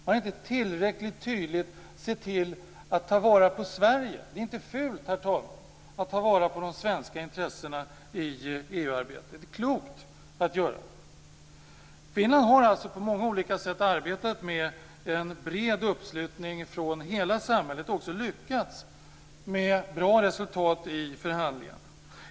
Man har inte tillräckligt tydligt sett till att ta vara på Sverige. Det är inte fult, herr talman, att ta vara på de svenska intressena i EU-arbetet. Det är klokt att göra det. Finland har alltså på många olika sätt arbetat med en bred uppslutning från hela samhället och också lyckats nå bra resultat i förhandlingar.